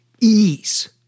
ease